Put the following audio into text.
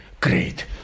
great